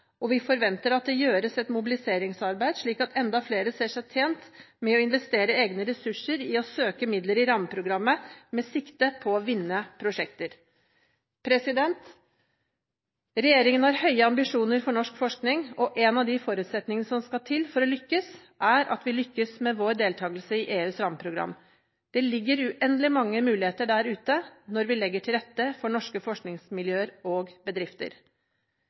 og vi forventer at det gjøres et mobiliseringsarbeid, slik at enda flere ser seg tjent med å investere egne ressurser i å søke midler i rammeprogrammet med sikte på å vinne prosjekter. Regjeringen har høye ambisjoner for norsk forskning, og en av de forutsetningene som skal til for å lykkes, er at vi lykkes med vår deltakelse i EUs rammeprogram. Det ligger uendelig mange muligheter der ute når vi legger til rette for norske forskningsmiljøer og bedrifter.